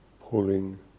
pulling